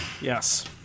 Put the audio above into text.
Yes